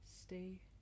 stay